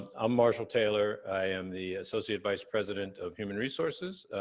i'm marshall taylor. i am the associate vice president of human resources.